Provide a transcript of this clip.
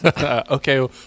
Okay